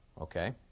Okay